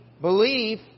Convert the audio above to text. belief